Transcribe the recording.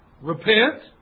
Repent